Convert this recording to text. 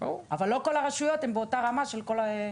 אבל לא כל הרשויות הן באותה רמה שהן